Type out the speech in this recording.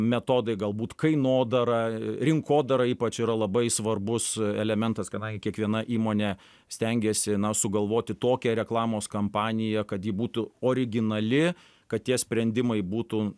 metodai galbūt kainodara rinkodara ypač yra labai svarbus elementas kadangi kiekviena įmonė stengiasi sugalvoti tokią reklamos kampaniją kad ji būtų originali kad tie sprendimai būtų